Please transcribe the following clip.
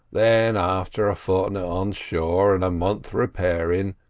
then, after a fortni't on shore and a month repairin',